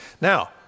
Now